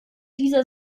dieser